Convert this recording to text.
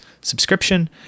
subscription